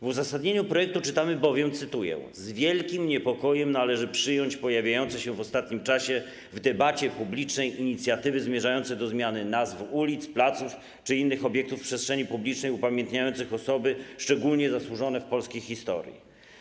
W uzasadnieniu projektu czytamy bowiem, cytuję: Z wielkim niepokojem należy przyjąć pojawiające się w ostatnim czasie w debacie publicznej inicjatywy zmierzające do zmiany nazw ulic, placów czy innych obiektów w przestrzeni publicznej upamiętniających osoby szczególnie zasłużone w polskiej historii.